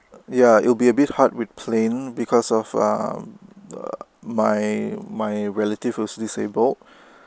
ya it'll be a bit hard with plane because of err my my relatives was disabled